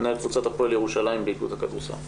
מנהל קבוצת הפועל ירושלים באיגוד הכדורסל.